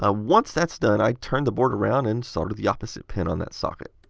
ah once that's done, i turn the board around and solder the opposite pin on that socket.